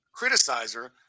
criticizer